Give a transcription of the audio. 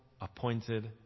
appointed